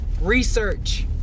research